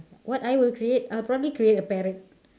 what I will create I will probably create a parrot